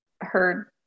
heard